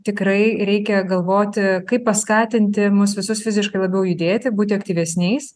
tikrai reikia galvoti kaip paskatinti mus visus fiziškai labiau judėti būti aktyvesniais